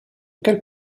quel